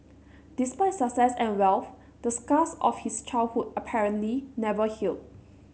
despite success and wealth the scars of his childhood apparently never healed